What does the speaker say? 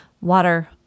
water